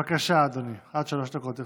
בבקשה, אדוני, עד שלוש דקות לרשותך.